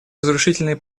разрушительные